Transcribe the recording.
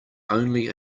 only